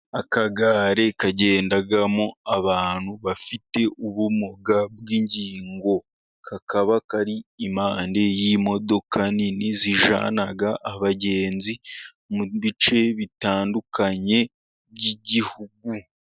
Akagare kagendamo abantu bafite ubumuga bw'ingingo. Kakaba kari impanda y'imodoka nini zijyana abagenzi, mu bice bitandukanye by'igihugu.